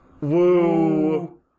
Woo